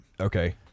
Okay